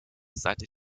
seit